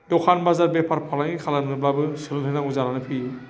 दखान बाजार बेफार फालांगि खालामनोब्लाबो सोलोंथाय नांगौ जानानै फैयो